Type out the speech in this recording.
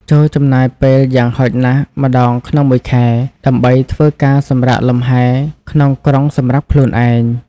ចូរចំណាយពេលយ៉ាងហោចណាស់ម្តងក្នុងមួយខែ ដើម្បីធ្វើការសម្រាកលំហែ ក្នុងក្រុងសម្រាប់ខ្លួនឯង។